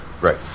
Right